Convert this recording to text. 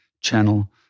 channel